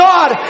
God